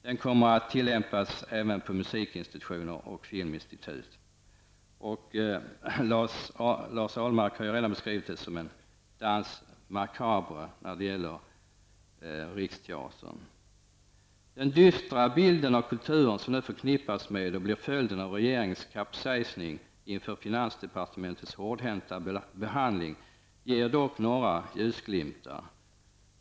Den kommer att tillämpas även beträffande musikinstitutioner och filminstitutet. Lars Ahlmark har redan beskrivit detta som en ''danse macabre''. Det gäller då Den dystra bild av kulturen som nu förknippas med och blir följden av regeringens kapsejsning inför finansdepartementets hårdhänta behandling ger dock några ljusglimtar.